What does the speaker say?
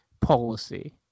policy